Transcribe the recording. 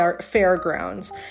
Fairgrounds